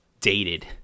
dated